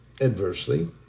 adversely